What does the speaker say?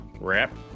Wrap